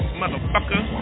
motherfucker